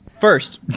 First